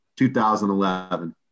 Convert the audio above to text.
2011